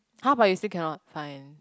!huh! but you still annot find